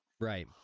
Right